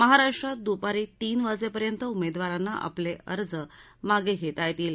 महाराष्ट्रात दुपारी तीन वाजेपर्यंत उमेदवारांना आपले अर्ज मागे घेता येतील